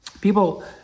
People